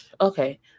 okay